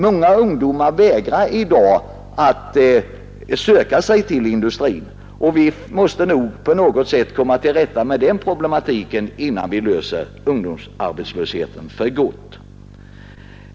Många ungdomar vägrar i dag att söka sig till industrin. Vi måste nog på något sätt komma till rätta med den problematiken innan vi kan lösa frågan om ungdomsarbetslösheten för gott.